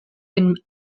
been